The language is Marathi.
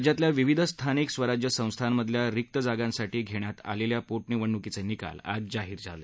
राज्यातल्या विविध स्थानिक स्वराज्य संस्थांमधल्या रिक्त जागांसाठी घेण्यात आलेल्या पोटनिवडणुकीचे निकाल आज जाहीर झाले